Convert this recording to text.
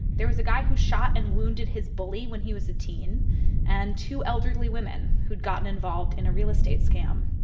there was a guy who shot and wounded his bully when he was a teen and two elderly women who'd gotten involved in a real estate scam.